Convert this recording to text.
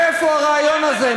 איפה הרעיון הזה?